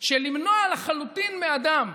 שלמנוע לחלוטין מאדם,